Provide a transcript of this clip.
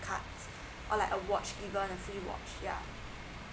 cards or like a watch even a free watch yeah